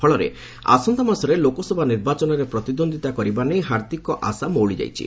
ଫଳରେ ଆସନ୍ତାମାସରେ ଲୋକସଭା ନିର୍ବାଚନରେ ପ୍ରତିଦ୍ୱନ୍ଦ୍ୱିତା କରିବା ନେଇ ହାର୍ଦ୍ଧିକଙ୍କ ଆଶା ମଉଳି ଯାଇଛି